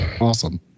Awesome